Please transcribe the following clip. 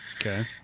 Okay